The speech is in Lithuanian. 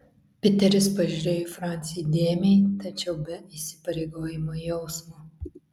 piteris pažiūrėjo į francį įdėmiai tačiau be įsipareigojimo jausmo